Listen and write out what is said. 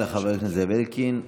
תודה רבה לחבר הכנסת זאב אלקין.